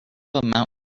amount